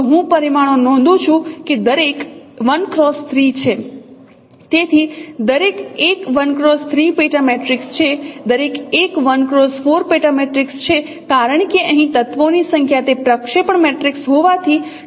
જો હું પરિમાણો નોંધું છું કે દરેક 1 x 3 છે તેથી દરેક એક 1 X 3 પેટા મેટ્રિક્સ છે દરેક એક 1 x 4 પેટા મેટ્રિક્સ છે કારણ કે અહીં તત્વોની સંખ્યા તે પ્રક્ષેપણ મેટ્રિક્સ હોવાથી 12 X 1 છે